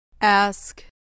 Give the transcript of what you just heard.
Ask